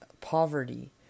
poverty